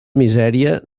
misèria